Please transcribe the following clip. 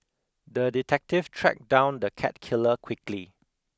the detective tracked down the cat killer quickly